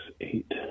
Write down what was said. eight